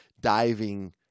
diving